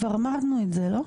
כבר אמרנו את זה, לא?